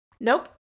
nope